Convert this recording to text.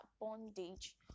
bondage